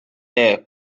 there